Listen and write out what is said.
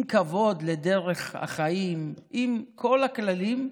עם כבוד לדרך החיים, עם כל הכללים,